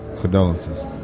Condolences